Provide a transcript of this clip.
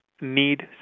need